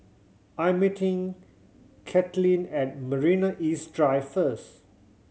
I'm meeting Kaitlynn at Marina East Drive first